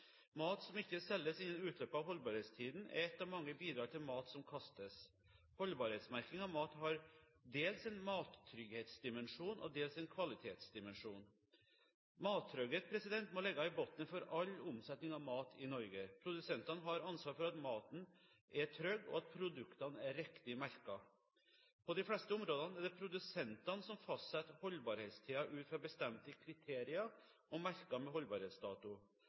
Mat som ikke selges innen utløpet av holdbarhetstiden, er et av mange bidrag til mat som kastes. Holdbarhetsmerking av mat har dels en mattrygghetsdimensjon og dels en kvalitetsdimensjon. Mattrygghet må ligge i bunnen for all omsetning av mat i Norge. Produsentene har ansvar for at maten er trygg, og at produktene er riktig merket. På de fleste områdene er det produsentene som fastsetter holdbarhetstiden ut fra bestemte kriterier og merker med holdbarhetsdato.